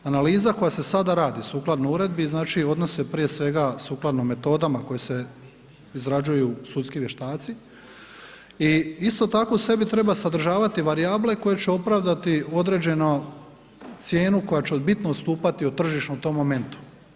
Analiza koja se sada radi sukladno uredbi, odnosi se, prije svega, sukladno metodama koje se izrađuju sudski vještaci i isto tako u sebi treba sadržavati varijable koje će opravdati određeno cijenu koja će bitno odstupati od tržišne u tom momentu.